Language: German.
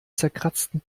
zerkratzten